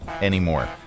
anymore